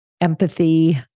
empathy